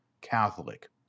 Catholic